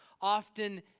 often